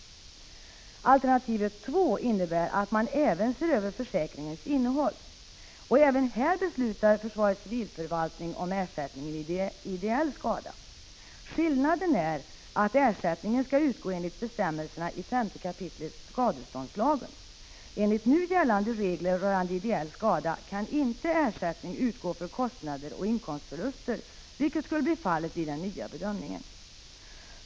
1985/86:48 Alternativ 2 innebär att man även ser över försäkringens innehåll. Även 10 december 1985 här beslutar försvarets civilförvaltning om ersättning vid ideell skada. Skillnaden är att ersättningen skall utgå enligt bestämmelserna i 5 kap. skadeståndslagen. Enligt nu gällande regler rörande ideell skada kan inte ersättning utgå för kostnader och inkomstförluster, vilket skulle bli fallet vid den nya bedömningen.